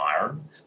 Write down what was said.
iron